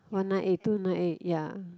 one nine eight two nine eight ya